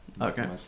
Okay